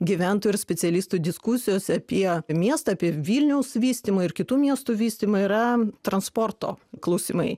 gyventojų ir specialistų diskusijose apie miestą apie vilniaus vystymo ir kitų miestų vystymą yra transporto klausimai